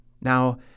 Now